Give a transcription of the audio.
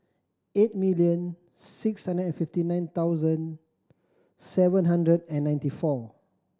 eight million six hundred and fifty nine thousand seven hundred and ninety four